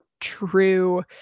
true